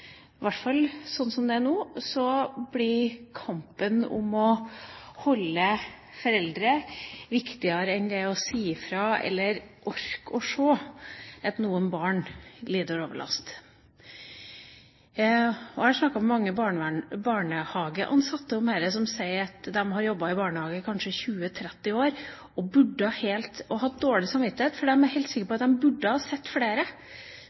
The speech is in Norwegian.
hvert fall sånn som det er nå – blir kampen om å holde på foreldrene viktigere enn å si ifra om eller orke å se at noen barn lider overlast. Jeg har snakket med mange barnehageansatte om dette, som kanskje har jobbet i barnehage i 20–30 år, og som har hatt dårlig samvittighet. For statistisk sett, i forhold til hvor mange barn de har hatt ansvaret for, så skulle de ha sett veldig mange flere